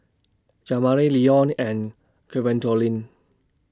Jamari Leon and Gwendolyn